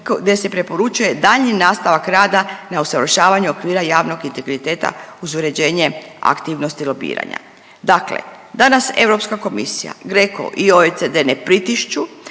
gdje se preporučuje daljnji nastavak rada na usavršavanju okvira javnog integriteta uz uređenje aktivnosti lobiranja. Dakle, danas Europska komisija, GRECO i OECD ne pritišću